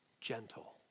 gentle